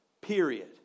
Period